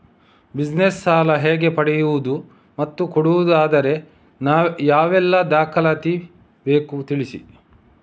Business ಸಾಲ ಹೇಗೆ ಪಡೆಯುವುದು ಮತ್ತು ಕೊಡುವುದಾದರೆ ಯಾವೆಲ್ಲ ದಾಖಲಾತಿ ಬೇಕು ತಿಳಿಸಿ?